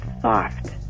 soft